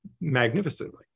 magnificently